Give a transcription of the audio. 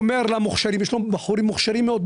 יש לו בחורים מוכשרים מאוד,